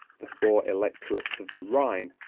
the four electorates of the rhine,